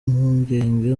mpungenge